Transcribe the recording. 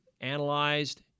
analyzed